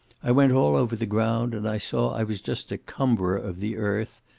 i went all over the ground, and i saw i was just a cumberer of the earth,